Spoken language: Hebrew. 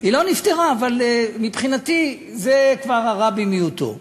היא לא נפתרה, אבל מבחינתי זה כבר הרע במיעוטו.